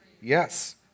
Yes